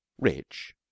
Rich